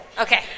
Okay